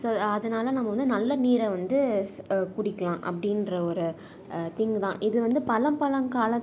so அதனால் நம்ம வந்து நல்ல நீரை வந்து ஸ் குடிக்கலாம் அப்படின்ற ஒரு திங்க் தான் இது வந்து பலம் பலம் காலத்